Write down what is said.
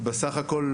בסך הכול,